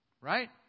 Right